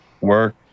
work